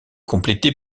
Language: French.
complétée